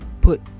put